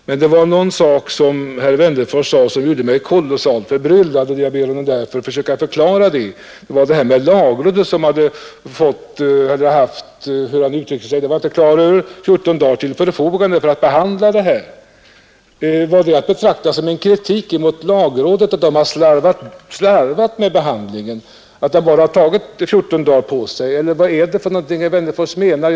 Men det var en sak som herr Wennerfors sade som gjorde mig kolossalt förbryllad, och jag ber honom därför försöka förklara det. Det var det han sade om lagrådet som hade fått eller haft 14 dagar till förfogande för att behandla det här. Var det att betrakta som en kritik mot lagrådet, att det har slarvat med behandligen, att det har bara tagit 14 dagar på sig, eller vad var det herr Wennerfors menar?